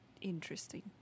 interesting